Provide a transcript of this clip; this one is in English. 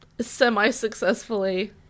Semi-successfully